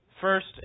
First